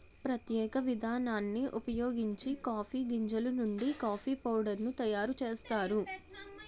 ప్రత్యేక విధానాన్ని ఉపయోగించి కాఫీ గింజలు నుండి కాఫీ పౌడర్ ను తయారు చేస్తారు